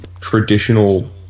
traditional